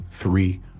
Three